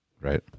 Right